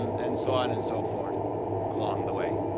um and so on, and so forth along the way.